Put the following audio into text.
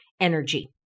energy